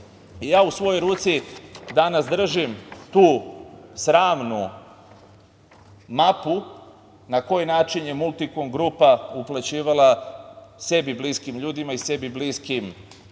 u svojoj ruci danas držim tu sramnu mapu na koji način je „Multikom grupa“ uplaćivala sebi bliskim ljudima i sebi bliskim